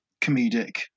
comedic